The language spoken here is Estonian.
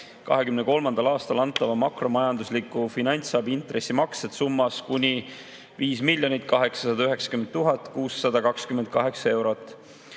2023. aastal antava makromajandusliku finantsabi intressimaksed summas kuni 5 890 628 eurot.